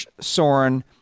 Soren